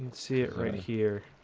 see it right here